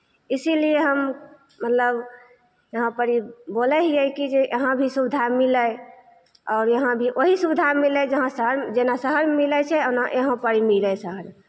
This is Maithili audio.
इसीलिये हम मतलब यहाँ पड़ी बोलै हियै कि जे यहाँ भी सुविधा मिलय आओर यहाँ भी वही सुविधा मिलय जहाँ शहर जेना शहरमे मिलै छै ओना यहाँ पड़ी मिलै चाही